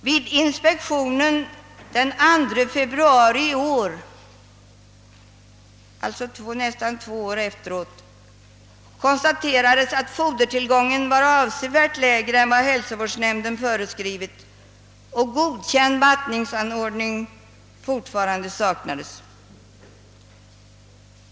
Vid inspektionen den 2 februari i år, alltså nästan två år efteråt, konstaterades att fodertillgången var avsevärt mindre än vad hälsovårdsnämnden föreskrivit och att godkänd vattningsanordning fortfarande saknades.